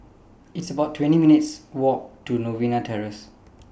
It's about twenty minutes' Walk to Novena Terrace